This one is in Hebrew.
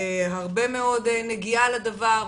הרבה מאוד נגיעה בדבר,